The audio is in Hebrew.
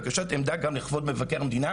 והגשת עמדה גם למבקר המדינה,